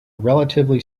relatively